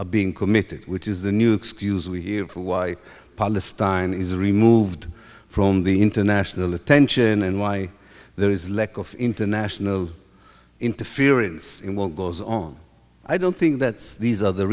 are being committed which is the new excuse we hear for why palestine is removed from the international attention and why there is lack of international interference in what goes on i don't think that's these